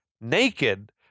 naked